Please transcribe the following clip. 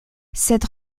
cette